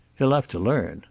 he'll have to learn.